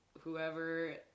whoever